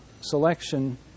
selection